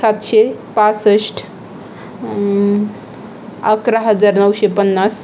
सातशे पासष्ट अकरा हजार नऊशे पन्नास